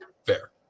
Fair